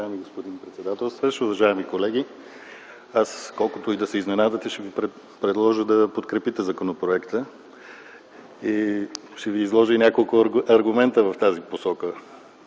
Уважаеми господин председателстващ, уважаеми колеги! Колкото и да се изненадате, ще ви предложа да подкрепите законопроекта. Ще ви изложа и няколко аргумента в тази посока.